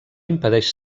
impedeix